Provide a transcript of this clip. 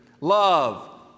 Love